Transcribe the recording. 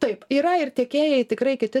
taip yra ir tiekėjai tikrai kiti